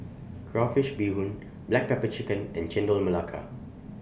Crayfish Beehoon Black Pepper Chicken and Chendol Melaka